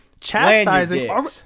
chastising